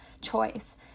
choice